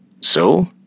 So